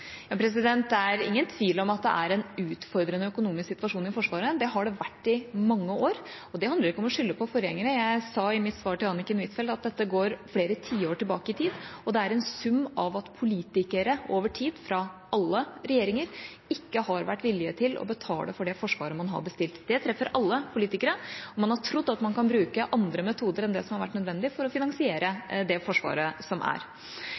Det er ingen tvil om at det er en utfordrende økonomisk situasjon i Forsvaret. Det har det vært i mange år. Det handler ikke om å skylde på forgjengere. Jeg sa i mitt svar til Anniken Huitfeldt at det går flere tiår tilbake i tid, og det er en sum av at politikere over tid – fra alle regjeringer – ikke har vært villige til å betale for det Forsvaret man har bestilt. Det treffer alle politikere. Man har trodd at man kan bruke andre metoder enn det som har vært nødvendig for å finansiere det Forsvaret som er.